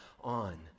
on